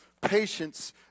patience